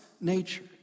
nature